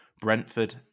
Brentford